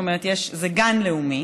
כלומר זה גן לאומי,